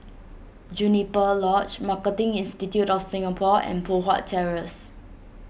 Juniper Lodge Marketing Institute of Singapore and Poh Huat Terrace